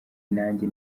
nanjye